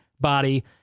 body